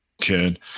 kid